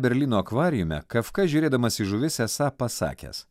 berlyno akvariume kafka žiūrėdamas į žuvis esą pasakęs